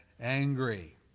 angry